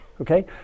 Okay